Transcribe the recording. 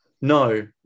No